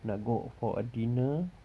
nak go for a dinner